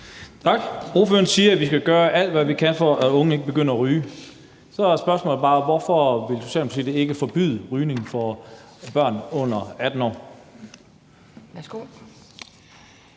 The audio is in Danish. Tak. Ordføreren siger, at vi skal gøre alt, hvad vi kan, for at unge ikke begynder at ryge. Så er spørgsmålet bare: Hvorfor vil Socialdemokratiet ikke forbyde rygning for børn under 18 år?